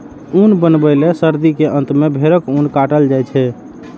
ऊन बनबै लए सर्दी के अंत मे भेड़क ऊन काटल जाइ छै